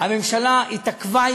אדוני היושב-ראש,